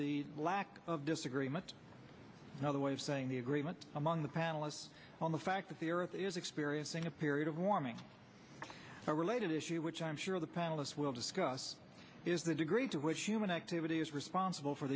the lack of disagreement another way of saying the agreement among the panelists on the fact that the earth is experiencing a period of warming a related issue which i'm sure the panelists will discuss is the degree to which human activity is responsible for